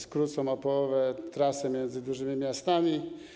To skróci o połowę trasę między dużymi miastami.